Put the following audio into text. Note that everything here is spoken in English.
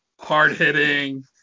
hard-hitting